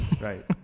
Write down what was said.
right